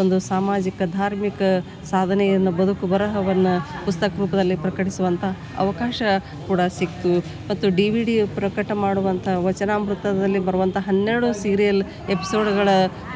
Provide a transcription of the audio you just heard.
ಒಂದು ಸಾಮಾಜಿಕ ಧಾರ್ಮಿಕ ಸಾಧನೆಯನ್ನು ಬದುಕು ಬರಹವನ್ನು ಪುಸ್ತಕ ರೂಪದಲ್ಲಿ ಪ್ರಕಟಿಸುವಂಥ ಅವಕಾಶ ಕೂಡ ಸಿಕ್ತು ಮತ್ತು ಡಿ ವಿ ಡಿಯು ಪ್ರಕಟ ಮಾಡುವಂಥ ವಚನಾಮೃತದಲ್ಲಿ ಬರುವಂಥ ಹನ್ನೆರಡು ಸೀರಿಯಲ್ ಎಪಿಸೋಡ್ಗಳ